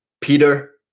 Peter